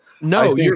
no